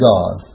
God